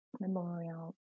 memorial